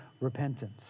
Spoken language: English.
repentance